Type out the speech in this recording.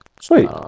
Sweet